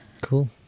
Cool